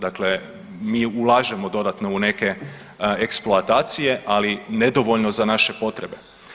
Dakle, mi ulažemo dodatno u neke eksploatacije ali nedovoljno za naše potrebe.